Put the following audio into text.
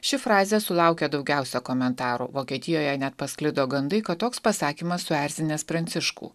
ši frazė sulaukė daugiausia komentarų vokietijoje net pasklido gandai kad toks pasakymas suerzinęs pranciškų